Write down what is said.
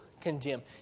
condemn